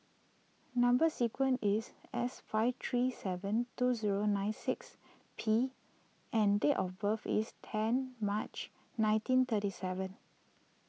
Number Sequence is S five three seven two zero nine six P and date of birth is ten March nineteen thirty seven